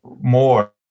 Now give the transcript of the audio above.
more